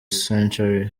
century